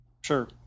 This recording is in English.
Sure